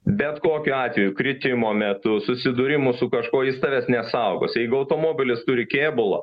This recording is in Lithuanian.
bet kokiu atveju kritimo metu susidūrimų su kažkuo jis tavęs nesaugos jeigu automobilis turi kėbulą